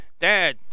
dad